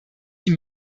die